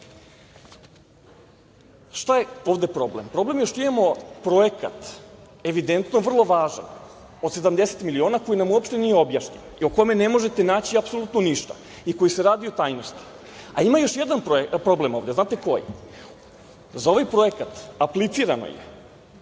je ovde problem? Problem je što imamo projekat, evidentno vrlo važan, od 70 miliona, koji nam uopšte nije objašnjen i o kome ne možete naći apsolutno ništa i koji se radi u tajnosti. A ima još jedan problem ovde. Znate koji? Za ovaj projekat aplicirano je